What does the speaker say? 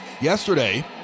Yesterday